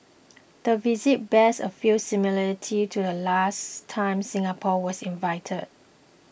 the visit bears a few similarities to the last time Singapore was invited